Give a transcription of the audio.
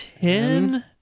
Ten